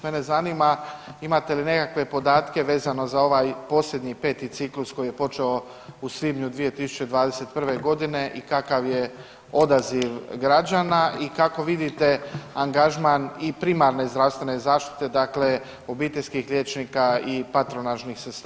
Mene zanima imate li nekakve podatke vezano za ovaj posebni peti ciklus koji je počeo u svibnju 2021. godine i kakav je odaziv građana i kako vidite angažman i primarne zdravstvene zaštite, dakle obiteljskih liječnika i patronažnih sestara.